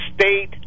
state